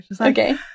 Okay